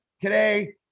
today